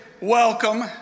welcome